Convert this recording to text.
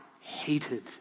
hated